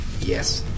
Yes